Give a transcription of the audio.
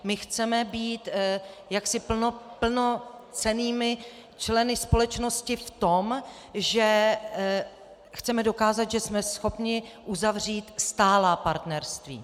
My chceme být jaksi plnocennými členy společnosti v tom, že chceme dokázat, že jsme schopni uzavřít stálá partnerství.